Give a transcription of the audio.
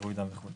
עירוי דם וכו',